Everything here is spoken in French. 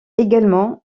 également